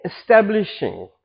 establishing